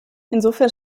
insofern